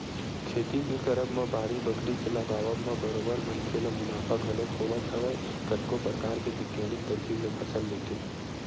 खेती के करब म बाड़ी बखरी के लगावब म बरोबर मनखे ल मुनाफा घलोक होवत हवय कतको परकार के बिग्यानिक तरकीब ले फसल लेके